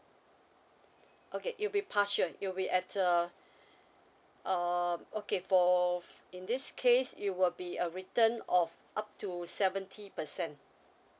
okay it'll be partial it will be at uh um okay for in this case it will be a return of up to seventy percent